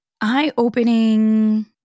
Eye-opening